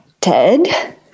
Ted